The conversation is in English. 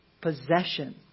possession